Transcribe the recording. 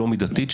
לא מידתית,